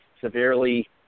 severely